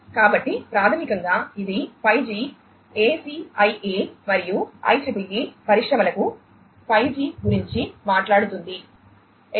కాబట్టి ప్రాథమికంగా ఇది 5G ACIA మరియు IEEE పరిశ్రమలకు 5G గురించి మాట్లాడుతోంది 802